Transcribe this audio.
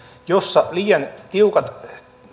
jossa liian tiukat